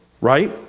right